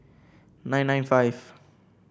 nine nine five